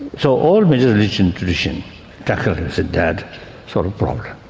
so all major religious tradition tackles that sort of problem,